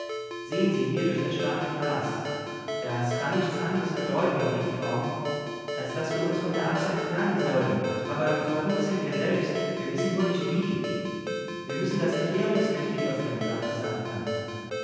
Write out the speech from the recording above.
sehen sie hier durch das starke glas das kann nichts anderes bedeuten rief torm als daß wir uns von der achse entfernen sollen aber so klug sind wir selbst wir wissen nur nicht wie wir müssen das entleerungs ventil öffnen sagte